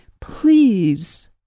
Please